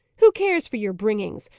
who cares for your bringings?